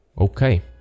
okay